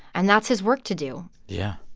and that's his work to do yeah.